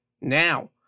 Now